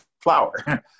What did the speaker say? flower